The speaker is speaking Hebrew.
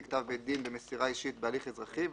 כתב בית דין במסירה אישית בהליך אזרחי.